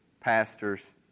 pastors